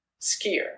skier